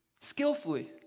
skillfully